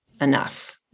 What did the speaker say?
enough